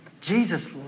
Jesus